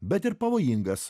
bet ir pavojingas